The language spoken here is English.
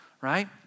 Right